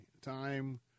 time